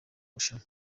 bushinwa